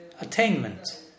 attainment